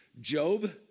Job